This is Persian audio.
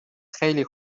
خیلی